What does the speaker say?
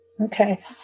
Okay